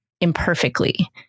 imperfectly